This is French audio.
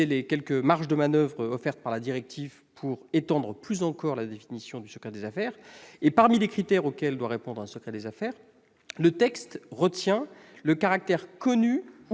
les quelques marges de manoeuvre offertes par la directive pour étendre plus encore la définition du secret des affaires. Parmi les critères auxquels doit répondre un secret des affaires, le texte retient le caractère connu